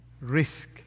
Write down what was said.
risk